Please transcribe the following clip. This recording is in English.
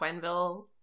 Quenville